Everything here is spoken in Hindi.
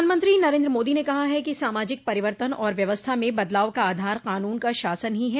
प्रधानमंत्री नरेन्द्र मोदी ने कहा कि सामाजिक परिवर्तन और व्यवस्था में बदलाव का आधार कानून का शासन ही है